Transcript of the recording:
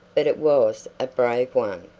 but it was a brave one.